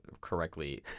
correctly